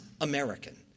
American